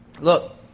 look